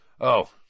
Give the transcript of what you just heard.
Oh